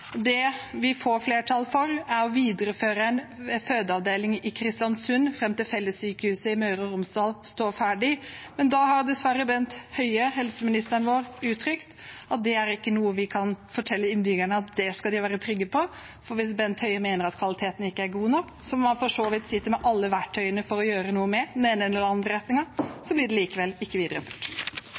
Det vi får flertall for, er å videreføre en fødeavdeling i Kristiansund fram til fellessykehuset i Møre og Romsdal står ferdig. Men Bent Høie, helseministeren vår, har dessverre uttrykt at vi ikke kan fortelle innbyggerne våre at de kan være trygge på det, for hvis Bent Høie mener at kvaliteten ikke er god nok – noe han for så vidt sitter med alle verktøyene til å gjøre noe med, i den ene eller andre retningen – blir det likevel ikke videreført.